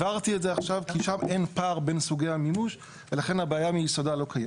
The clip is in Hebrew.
הבהרתי את זה עכשיו כי שם אין פער בין סוגי המימוש ולכן הבעיה לא קיימת.